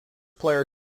player